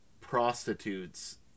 prostitutes